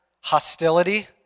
hostility